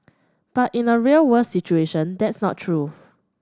but in a real world situation that's not true